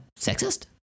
sexist